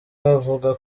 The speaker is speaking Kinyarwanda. bavuga